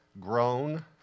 grown